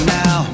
now